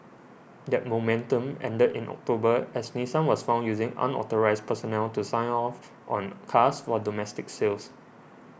that momentum ended in October as Nissan was found using unauthorised personnel to sign off on cars for domestic sales